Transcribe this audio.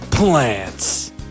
Plants